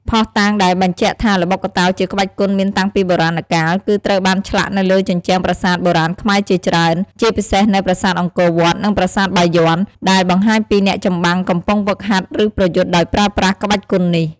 ភស្តុតាងដែលបញ្ជាក់ថា ល្បុក្កតោ ជាក្បាច់គុនមានតាំងពីបុរាណកាល គឺត្រូវបានឆ្លាក់នៅលើជញ្ជាំងប្រាសាទបុរាណខ្មែរជាច្រើន ជាពិសេសនៅ ប្រាសាទអង្គរវត្ត និងប្រាសាទបាយ័ន ដែលបង្ហាញពីអ្នកចម្បាំងកំពុងហ្វឹកហាត់ ឬប្រយុទ្ធដោយប្រើប្រាស់ក្បាច់គុននេះ។